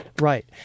Right